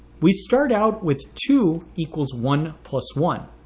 we start out with two equals one plus one